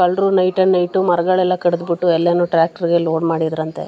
ಕಳ್ಳರು night and night ಮರಗಳೆಲ್ಲ ಕಡ್ದುಬಿಟ್ಟು ಎಲ್ಲನೂ ಟ್ರ್ಯಾಕ್ಟ್ರಿಗೆ ಲೋಡ್ ಮಾಡಿದ್ದರಂತೆ